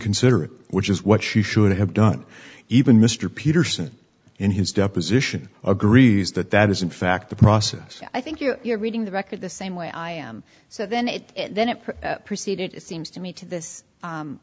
consider it which is what she should have done even mr peterson in his deposition agrees that that is in fact the process i think you're reading the record the same way i am so then it then it proceeded it seems to me to this